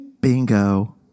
Bingo